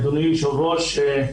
אדוני היושב ראש,